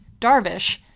Darvish